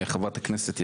חברת הכנסת,